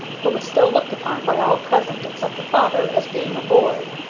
who was still looked upon by all present, except her father, as being a boy.